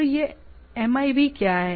तो यह एमआईबी क्या है